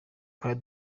twari